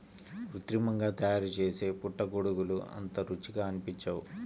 కృత్రిమంగా తయారుచేసే పుట్టగొడుగులు అంత రుచిగా అనిపించవు